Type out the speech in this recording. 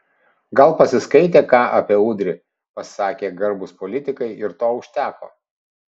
gal pasiskaitė ką apie udrį pasakė garbūs politikai ir to užteko